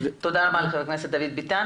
תודה רבה ח"כ דוד ביטן.